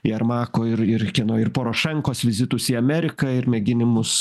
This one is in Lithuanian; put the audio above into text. jermako ir ir kieno ir porošenkos vizitus į ameriką ir mėginimus